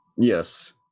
Yes